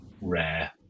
rare